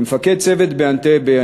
כמפקד צוות באנטבה,